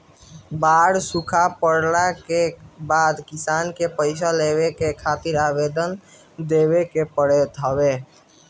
बाढ़ सुखा पड़ला के बाद किसान के पईसा लेवे खातिर आवेदन देवे के पड़त हवे